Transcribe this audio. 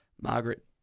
Margaret